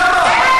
למה?